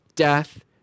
death